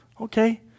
Okay